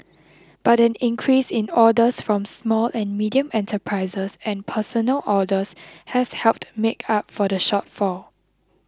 but an increase in orders from small and medium enterprises and personal orders has helped make up for the shortfall